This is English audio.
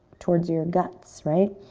towards your guts, right?